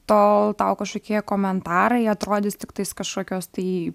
tol tau kažkokie komentarai atrodys tiktais kažkokios tai